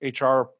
HR